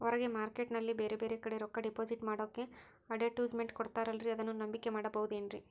ಹೊರಗೆ ಮಾರ್ಕೇಟ್ ನಲ್ಲಿ ಬೇರೆ ಬೇರೆ ಕಡೆ ರೊಕ್ಕ ಡಿಪಾಸಿಟ್ ಮಾಡೋಕೆ ಅಡುಟ್ಯಸ್ ಮೆಂಟ್ ಕೊಡುತ್ತಾರಲ್ರೇ ಅದನ್ನು ನಂಬಿಕೆ ಮಾಡಬಹುದೇನ್ರಿ?